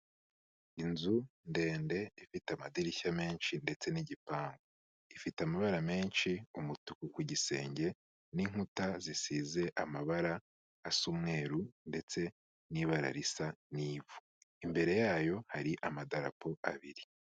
inzu ndende ifite amadirishya menshi ndetse n'igipangu, ifite amabara menshi umutuku ku gisenge n'inkuta zisize amabara asa umweru ndetse n'ibara risa n'ivu, imbere yayo hari amadarapo abiri.